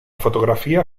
fotografía